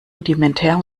rudimentär